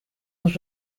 los